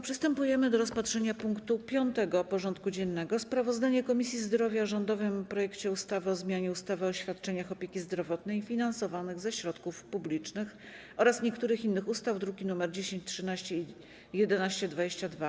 Przystępujemy do rozpatrzenia punktu 5. porządku dziennego: Sprawozdanie Komisji Zdrowia o rządowym projekcie ustawy o zmianie ustawy o świadczeniach opieki zdrowotnej finansowanych ze środków publicznych oraz niektórych innych ustaw (druki nr 1013 i 1122)